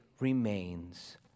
remains